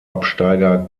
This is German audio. absteiger